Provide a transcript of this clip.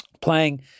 playing